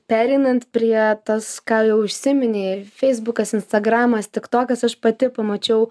pereinant prie tas ką jau užsiminei feisbukas instagramas tik tokas aš pati pamačiau